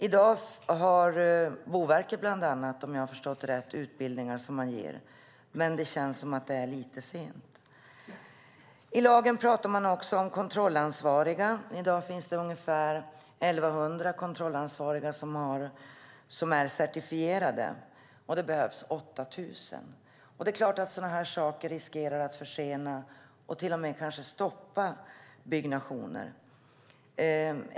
I dag har Boverket, bland annat, om jag har förstått det rätt, utbildningar som man ger, men det känns som att det är lite sent. I lagen pratar man också om kontrollansvariga. I dag finns det ungefär 1 100 kontrollansvariga som är certifierade, och det behövs 8 000. Det är klart att sådana här saker riskerar att försena och till och med kanske stoppa byggnationer.